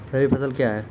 रबी फसल क्या हैं?